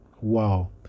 Wow